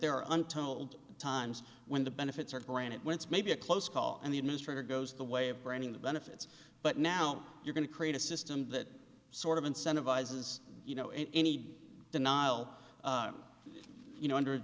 are untold times when the benefits are granted when it's maybe a close call and the administrator goes the way of branding the benefits but now you're going to create a system that sort of incentivize as you know any denial you know under